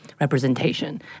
representation